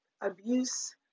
abuse